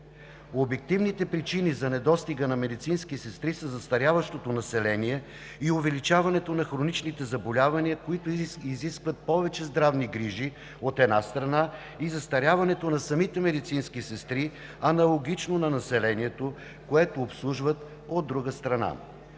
Обективните причини за недостига на медицински сестри са застаряващото население и увеличаването на хроничните заболявания, които изискват повече здравни грижи, от една страна, и застаряването на самите медицински сестри, аналогично на населението, което обслужват, от друга страна.